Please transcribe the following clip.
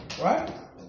Right